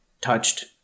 touched